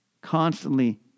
constantly